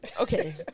okay